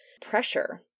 pressure